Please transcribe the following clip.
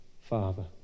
Father